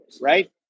right